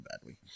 badly